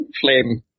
flame